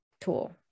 tool